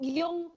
yung